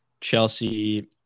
Chelsea